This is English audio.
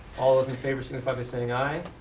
all those in favor signify by saying aye.